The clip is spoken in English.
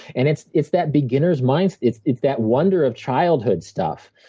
and it's it's that beginner's mindset. it's that wonder of childhood stuff.